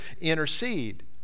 intercede